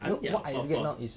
I know